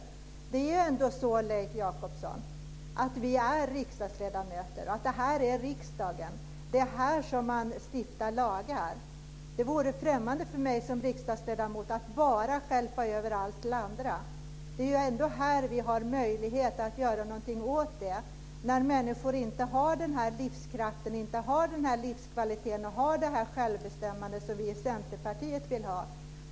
Det är ändå så att vi är riksdagsledamöter, Leif Jakobsson! Det här är riksdagen, och det är här som man stiftar lagar. Det vore främmande för mig som riksdagsledamot att bara stjälpa över allt på andra. Det är ju ändå här som vi har möjlighet att göra någonting åt detta när människor inte har den livskraft, den livskvalitet och det självbestämmande som vi i Centerpartiet vill ha.